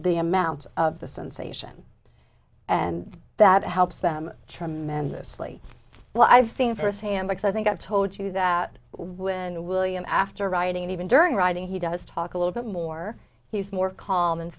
the amount of the sensation and that helps them tremendously well i think her hand because i think i've told you that when william after writing it even during writing he does talk a little bit more he's more calm and